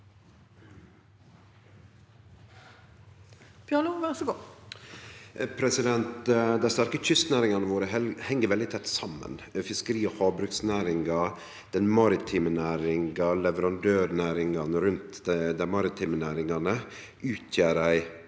Dei sterke kyst- næringane våre heng veldig tett saman. Fiskeri- og havbruksnæringa, den maritime næringa og leverandørnæringa rundt dei maritime næringane utgjer ei